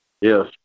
Yes